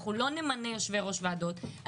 אנחנו לא נמנה יושבי-ראש ועדות,